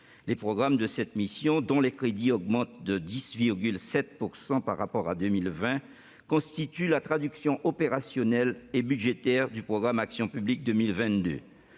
Les programmes de cette mission, dont les crédits augmentent de 10,7 % par rapport à 2020, constituent la traduction opérationnelle et budgétaire d'Action Publique 2022.